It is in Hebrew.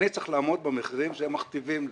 אני צריך לעמוד במחירים שהם מכתיבים לי.